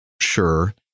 sure